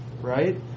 right